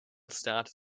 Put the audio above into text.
started